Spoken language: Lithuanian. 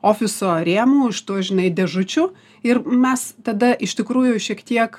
ofiso rėmų iš tų žinai dėžučių ir mes tada iš tikrųjų šiek tiek